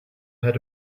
had